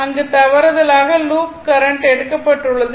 அங்கு தவறுதலாக loop current எடுக்கப்பட்டுவிட்டது